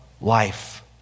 life